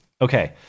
Okay